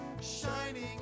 Shining